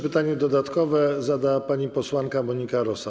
Pytanie dodatkowe zada pani posłanka Monika Rosa.